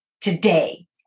today